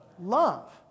love